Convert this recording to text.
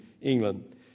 England